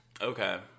Okay